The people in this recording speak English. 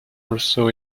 also